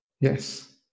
Yes